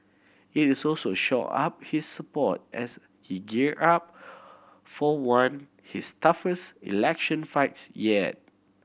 it is also shore up his support as he gear up for one his toughest election fights yet